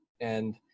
And-